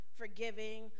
forgiving